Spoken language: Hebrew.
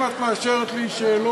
אם את מאשרת לי שאלות,